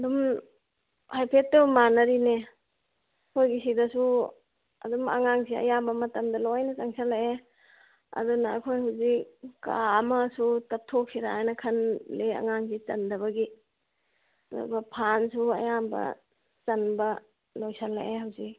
ꯑꯗꯨꯝ ꯍꯥꯏꯐꯦꯠꯇꯨꯝ ꯃꯥꯟꯅꯔꯤꯅꯦ ꯑꯩꯈꯣꯏꯒꯤ ꯁꯤꯗꯁꯨ ꯑꯗꯨꯝ ꯑꯉꯥꯡꯁꯦ ꯑꯌꯥꯝꯕ ꯃꯇꯝꯗ ꯂꯣꯏꯅ ꯆꯪꯁꯜꯂꯛꯑꯦ ꯑꯗꯨꯅ ꯑꯩꯈꯣꯏ ꯍꯧꯖꯤꯛ ꯀꯥ ꯑꯃꯁꯨ ꯇꯞꯊꯣꯛꯁꯤꯔꯥꯅ ꯈꯟꯂꯤ ꯑꯉꯥꯡꯁꯤ ꯆꯟꯗꯕꯒꯤ ꯑꯗꯨꯒ ꯐꯥꯟꯁꯨ ꯑꯌꯥꯝꯕ ꯆꯟꯕ ꯂꯣꯏꯁꯜꯂꯛꯑꯦ ꯍꯧꯖꯤꯛ